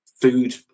food